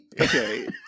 okay